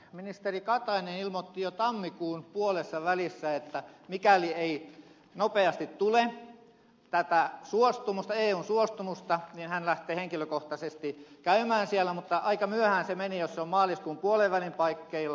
ministeri katainen ilmoitti jo tammikuun puolessavälissä että mikäli ei nopeasti tule tätä eun suostumusta niin hän lähtee henkilökohtaisesti käymään siellä mutta aika myöhään se meni jos se on maaliskuun puolenvälin paikkeilla